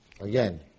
Again